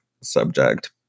subject